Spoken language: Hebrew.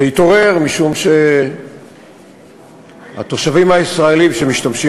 זה התעורר משום שהתושבים הישראלים שמשתמשים